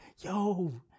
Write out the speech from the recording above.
yo